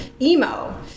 emo